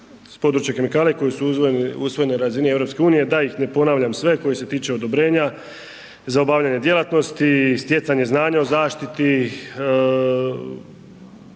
s područja kemikalija koje su usvojene na razini EU da ih ne ponavljam sve koji se tiču odobrenja za obavljanje djelatnosti i stjecanje znanja o zaštiti,